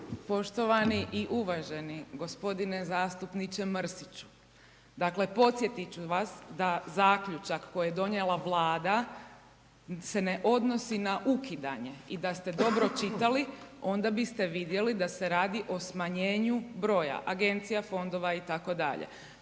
Poštovani i uvaženi gospodine zastupniče Mrsiću, dakle podsjetit ću vas da zaključak koji je donijela Vlada se ne odnosi na ukidanje i da ste dobro čitali onda bi st vidjeli da se radi o smanjenju broja agencija, fondova itd.